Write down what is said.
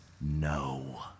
No